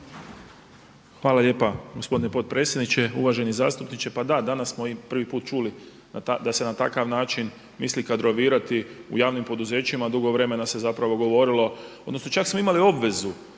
Hvala lijepa gospodine potpredsjedniče. Uvaženi zastupniče, pa da, danas smo i prvi put čuli da se na takav način misli kadrovirati u javnim poduzećima, dugo vremena se zapravo govorilo, odnosno čak smo imali obvezu